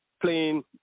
playing